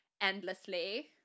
endlessly